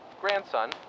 grandson